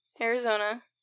Arizona